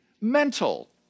mental